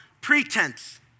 pretense